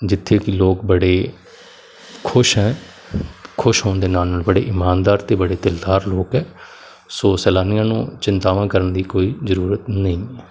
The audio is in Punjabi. ਜਿੱਥੇ ਕਿ ਲੋਕ ਬੜੇ ਖੁਸ਼ ਹੈ ਖੁਸ਼ ਹੋਣ ਦੇ ਨਾਲ ਨਾਲ ਬੜੇ ਇਮਾਨਦਾਰ ਅਤੇ ਬੜੇ ਦਿਲਦਾਰ ਲੋਕ ਹੈ ਸੋ ਸੈਲਾਨੀਆਂ ਨੂੰ ਚਿੰਤਾਵਾਂ ਕਰਨ ਦੀ ਕੋਈ ਜ਼ਰੂਰਤ ਨਹੀ ਹੈ